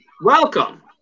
Welcome